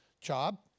job